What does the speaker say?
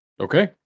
Okay